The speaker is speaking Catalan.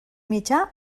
mitjà